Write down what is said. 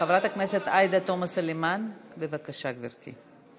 חברת הכנסת עאידה תומא סלימאן, בבקשה, גברתי.